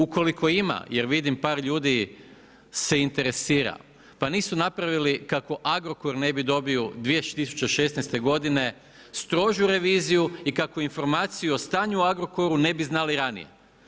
Ukoliko ima, jer vidim par ljudi se interesira, pa nisu napravili, kako Agrokor ne bi dobio 2016. godine strožu reviziju i kako informaciju o stanju u Agrokoru ne bi znali ranije.